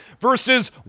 versus